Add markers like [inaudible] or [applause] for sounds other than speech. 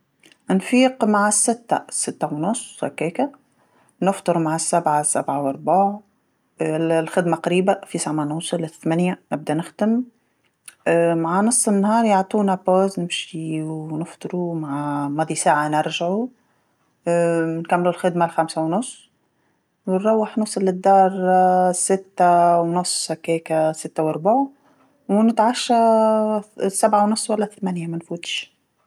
نفيق مع السته سته ونص هكاكا، نفطر مع السبعه سبعه وربع، [hesitation] الخدمه قريبه في ساع ما نوصل الثمنيه نبدا نخدم، [hesitation] مع نص النهار يعطونا إستراحه نمشيو نفطرو مع ماضي ساعه نرجعو، [hesitation] نكملو الخدمه الخمسه ونص، ونروح نوصل للدار [hesitation] السته ونص هكاكا السته وربع، ونتعشى [hesitation] السبع ونص ولا الثمانيه مانفوتش.